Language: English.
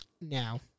now